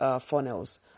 funnels